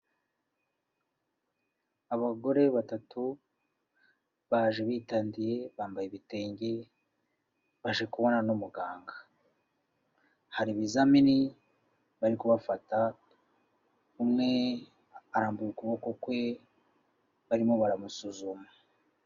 Abagore batatu baje bitandiye bambaye ibitenge baje kubonana n'umuganga. Hari ibizamini bari kubafata umwe arambura ukuboko kwe barimo baramusuzuma.